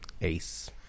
Ace